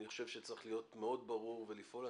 אני חושב שצריך להיות מאוד ברור ולפעול,